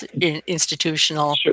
institutional